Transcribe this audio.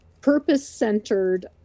purpose-centered